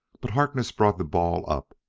but harkness brought the ball up,